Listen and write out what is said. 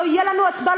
לא תהיה לנו הצבעה,